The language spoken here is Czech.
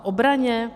Obraně?